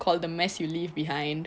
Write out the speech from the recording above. called the mess you leave behind